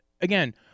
again